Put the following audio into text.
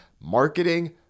marketing